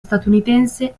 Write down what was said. statunitense